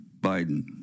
Biden